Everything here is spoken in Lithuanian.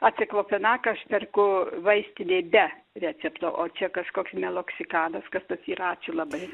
aciklopinaką aš perku vaistinėj be recepto o čia kažkoks meloksikanas kas tas yra labai